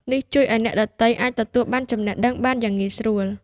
នេះជួយឲ្យអ្នកដទៃអាចទទួលបានចំណេះដឹងបានយ៉ាងងាយស្រួល។